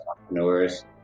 entrepreneurs